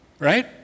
right